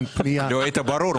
לא היית ברור.